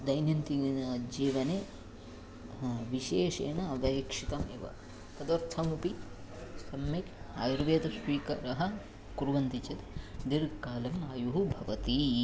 दैनन्दिन जीवने ह विशेषेण अपेक्षितमेव तदर्थमपि सम्यक् आयुर्वेदस्य स्विकारः कुर्वन्ति चेत् दीर्घकालः आयुः भवति